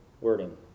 wording